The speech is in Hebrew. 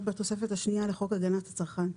בתוספות השנייה לחוק הגנת הצרכן.